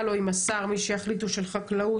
או עם השר - מי שיחליטו - של חקלאות,